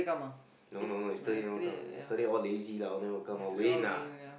no no no yesterday never come yesterday all lazy lah all never come ah win ah